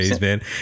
man